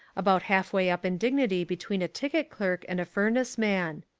about half-way up in dignity between a ticket clerk and a furnace man.